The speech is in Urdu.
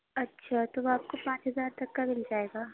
اچھا تو آپ کو پانچ ہزار تک کا مل جائے گا